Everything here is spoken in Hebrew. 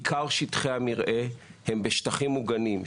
עיקר שטחי המרעה הם בשטחים מוגנים,